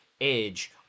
age